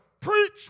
preach